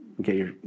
Okay